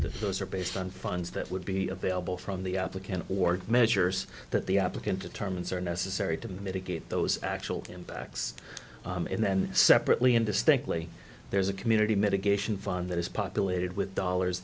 those are based on funds that would be available from the applicant or measures that the applicant determines are necessary to mitigate those actual impacts and then separately indistinctly there's a community mitigation fund that is populated with dollars